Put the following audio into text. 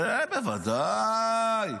זה בוודאי,